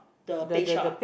the paste shop ah